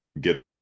get